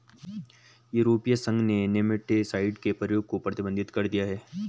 यूरोपीय संघ ने नेमेटीसाइड के प्रयोग को प्रतिबंधित कर दिया है